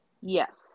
Yes